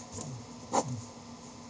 mm mm